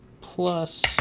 plus